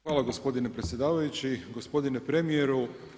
Hvala gospodine predsjedavajući, gospodine premijeru.